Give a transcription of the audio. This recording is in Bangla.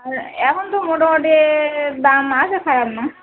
আর এখন তো মোটামোটি দাম আছে খারাপ না